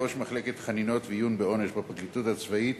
ראש מחלקת חנינות ועיון בעונש בפרקליטות הצבאית